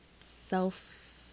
self